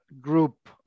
group